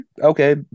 okay